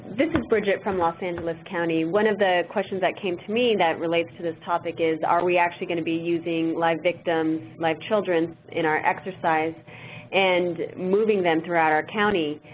this is bridget from los angeles county. one of the questions that came to me that relates to this topic is, are we actually going to be using live victims, live children in our exercise and moving them throughout our county.